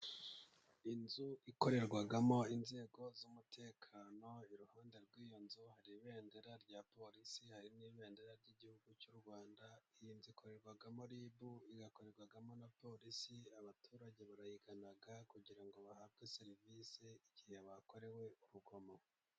Inzu ikorerwamo inzego z'umutekano, iruhande rw'iyo nzu hari ibendera rya polisi, hari n'ibendera ry'igihugu cy'u Rwanda, iyi inzu ikorerwamo ribu, igakorerwamo na polisi, abaturage barayigana kugira ngo bahabwe serivisi, igihe bakorewe urugomo.